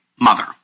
mother